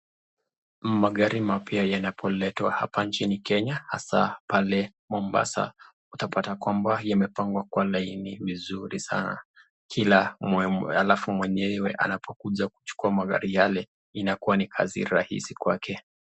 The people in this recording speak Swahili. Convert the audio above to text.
Magari mapya yanapoletwa hapa nchini Kenya, hasa pale Mombasa, utapata kwamba yamepangwa kwa laini vizuri sana, kila alafu mwenyewe anakuja kuchukuwa magari yale inakuwa ni kazi rahisi kwake.